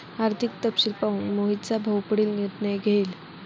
आर्थिक तपशील पाहून मोहितचा भाऊ पुढील निर्णय घेईल